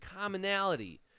commonality